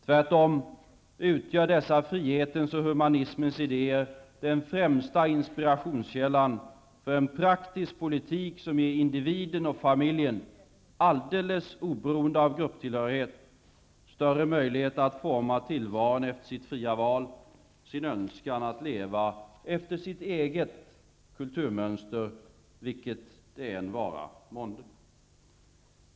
Tvärtom utgör dessa frihetens och humanismens idéer den främsta inspirationskällan för en praktisk politik som ger individen och familjen, oberoende av grupptillhörighet, större möjligheter att forma tillvaron efter sitt fria val och sin önskan att leva efter sitt eget kulturmönster, vilket det än vara månde.